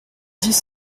dix